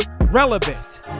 relevant